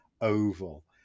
oval